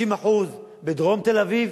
50% בדרום תל-אביב,